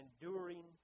enduring